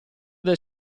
del